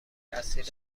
اصیل